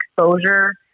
exposure